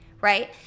right